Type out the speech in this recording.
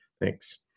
thanks